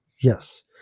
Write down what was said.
Yes